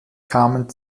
kamen